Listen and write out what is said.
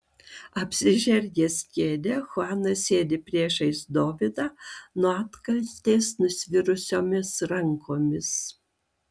apsižergęs kėdę chuanas sėdi priešais dovydą nuo atkaltės nusvirusiomis rankomis